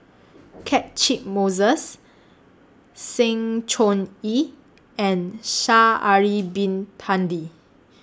Catchick Moses Sng Choon Yee and Sha'Ari Bin Tadin